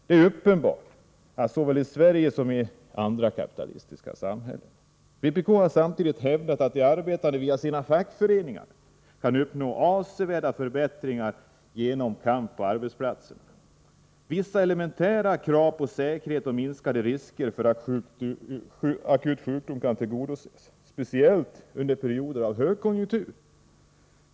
Det är uppenbart att det förhåller sig så såväl i Sverige som i andra kapitalistiska samhällen. Vpk har samtidigt hävdat att de arbetande via sina fackföreningar kan uppnå avsevärda förbättringar genom kamp på arbetsplatserna. Vissa elementära krav på säkerhet och minskade risker för akut sjukdom kan tillgodoses, speciellt under perioder av högkonjunktur.